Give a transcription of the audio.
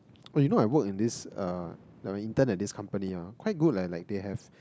oh you know I work at this uh like I intern at this company ah quite good leh like they have